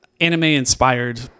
anime-inspired